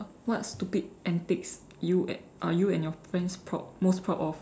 what stupid antics you and are you and your friends proud most proud of